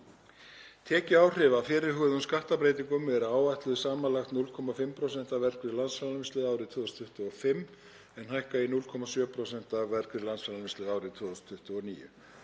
Tekjuáhrif af fyrirhuguðum skattbreytingum eru áætluð samanlagt 0,5% af vergri landsframleiðslu árið 2025 en hækka í 0,7% af vergri landsframleiðslu árið 2029.